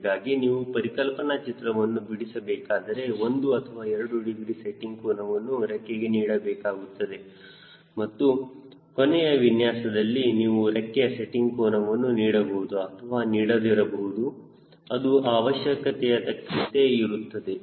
ಹೀಗಾಗಿ ನೀವು ಪರಿಕಲ್ಪನಾ ಚಿತ್ರವನ್ನು ಬಿಡಿಸಿಬೇಕಾದರೆ 1 ಅಥವಾ 2 ಡಿಗ್ರಿ ಸೆಟ್ಟಿಂಗ್ ಕೋನವನ್ನು ರೆಕ್ಕೆಗೆ ನೀಡಬೇಕಾಗುತ್ತದೆ ಮತ್ತು ಕೊನೆಯ ವಿನ್ಯಾಸದಲ್ಲಿ ನೀವು ರೆಕ್ಕೆಯ ಸೆಟ್ಟಿಂಗ್ ಕೋನವನ್ನು ನೀಡಬಹುದು ಅಥವಾ ನೀಡದಿರಬಹುದು ಅದು ಅವಶ್ಯಕತೆಯ ತಕ್ಕಂತೆ ಇರುತ್ತದೆ